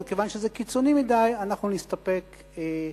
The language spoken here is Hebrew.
וכיוון שזה קיצוני מדי, אנחנו נסתפק בהצעה,